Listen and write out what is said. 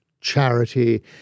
charity